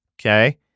Okay